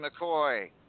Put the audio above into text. mccoy